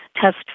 test